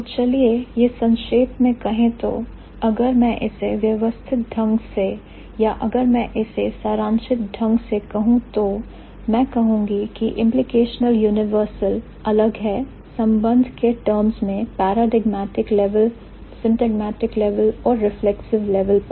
तो चलिए यह संक्षेप में कहे तो अगर मैं इससे व्यवस्थित ढंग से कहूं या अगर मैं इससे सारांशित ढंग से कहूं तो मैं कहूंगी की implicational universal अलग है संबंध के टर्म्स में paradigmatic level syntagmatic level और reflexive level पर